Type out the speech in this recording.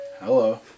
Hello